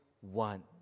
one